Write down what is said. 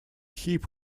hip